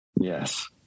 Yes